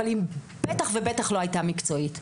אבל היא בטח ובטח לא הייתה מקצועית.